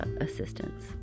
assistance